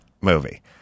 movie